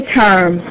term